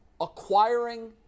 acquiring